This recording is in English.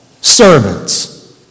Servants